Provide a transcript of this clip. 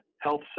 health